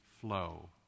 flow